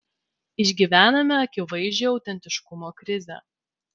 išgyvename akivaizdžią autentiškumo krizę